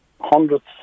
hundreds